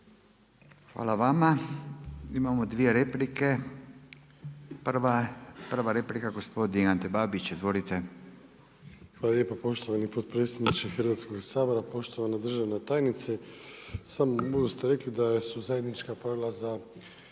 Hvala vama. Imamo 2 replike, prva replika gospodin Ante Babić. Izvolite. **Babić, Ante (HDZ)** Hvala lijepo poštovani potpredsjedniče Hrvatskog sabora. Poštovana državna tajnice, u samom uvodu ste rekli da su zajednička pravila za